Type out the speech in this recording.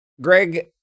Greg